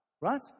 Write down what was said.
Right